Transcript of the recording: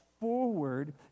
forward